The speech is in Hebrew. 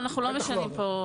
אנחנו לא משנים כאן.